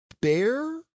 bear